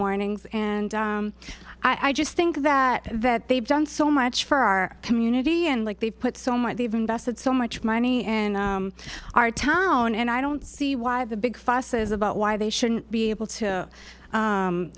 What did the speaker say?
mornings and i just think that that they've done so much for our community and like they put so much they've invested so much money in our town and i don't see why the big says about why they shouldn't be able to